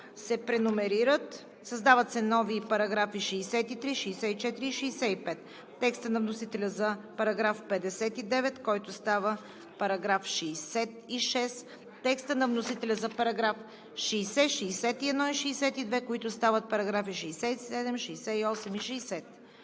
62 включително; създават се нови параграфи 63, 64 и 65; текста на вносителя за § 59, който става § 66; текста на вносителя за параграфи 60, 61 и 62, които стават параграфи 67, 68 и 69;